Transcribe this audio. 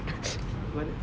but then err